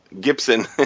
Gibson